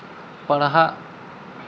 ᱯᱟᱲᱦᱟᱜ